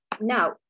Now